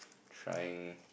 trying